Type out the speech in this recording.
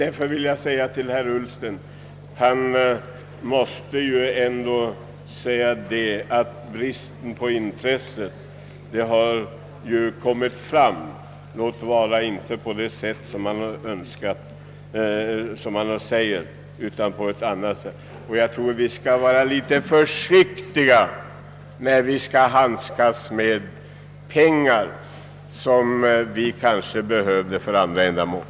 Bristen på intresse har därigenom ändå — detta vill jag säga till herr Ullsten — kommit fram, låt vara inte på det sätt som här angivits utan på ett annat sätt. Jag tror att vi skall vara litet försiktiga när vi handskas med pengar som vi kanske kunde behöva för andra ändamål.